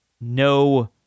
no